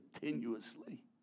continuously